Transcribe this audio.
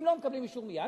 אם לא מקבלים אישור מייד,